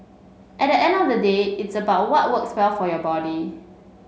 at the end of the day it's about what works well for your body